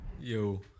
Yo